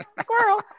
squirrel